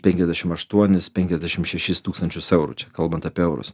penkiasdešimt aštuonis penkiasdešimt šešis tūkstančius eurų čia kalbant apie eurus